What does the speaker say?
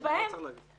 לא צריך להגזים.